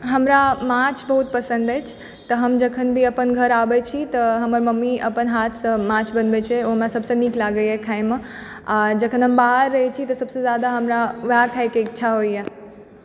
हमरा माछ बहुत पसन्द अछि तऽ हम जखन अपन घर आबैछी तऽ हमर मम्मी अपन हाथसँ माछ बनबै छै ओ हमरा सबसे नीक लागैए खायमे आओर जखन हम बाहर रहैछी तऽ हमरा सबसँ जादा वएह खायके इच्छा होइए